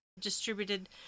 distributed